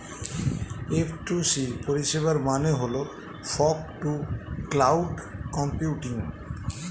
F two C পরিষেবার মানে হল ফগ টু ক্লাউড কম্পিউটিং